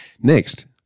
Next